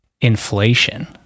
inflation